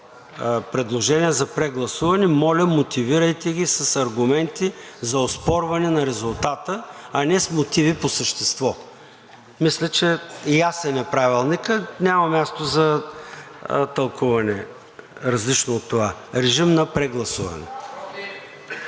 предложения за прегласуване, моля, мотивирайте ги с аргументи за оспорване на резултата, а не с мотиви по същество. Мисля, че е ясен Правилникът. Няма място за тълкуване, различно от това. Режим на прегласуване.